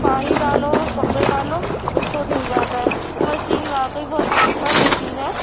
پانی ڈالو کپڑے ڈالو بس وہ دھل جاتا ہے وہ مشین واقعی بہت اچھا مشین ہے